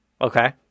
Okay